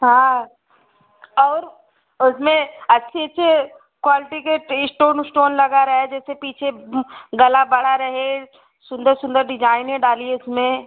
हाँ और उसमें अच्छे अच्छे क्वालटी के इस्टोन उस्टोन लगा रहे जैसे पीछे गला बड़ा रहे सुंदर सुंदर डिजाइने डालिए उसमें